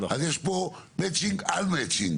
אז יש פה מצ'ינג על מצ'ינג.